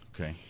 Okay